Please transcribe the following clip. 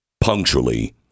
punctually